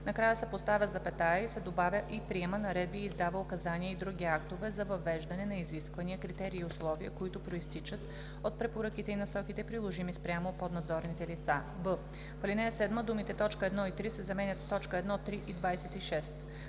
накрая се поставя запетая и се добавя „и приема наредби и издава указания и други актове за въвеждане на изисквания, критерии и условия, които произтичат от препоръките и насоките, приложими спрямо поднадзорните лица“; б) в ал. 7 думите „т. 1 и 3“ се заменят с „т. 1, 3 и 26“.